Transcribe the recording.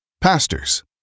pastors